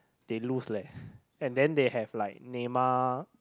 they lose leh and then they have like Neymar